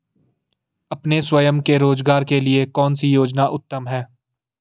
अपने स्वयं के रोज़गार के लिए कौनसी योजना उत्तम है?